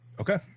okay